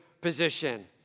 position